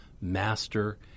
master